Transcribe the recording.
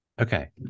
Okay